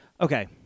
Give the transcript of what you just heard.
okay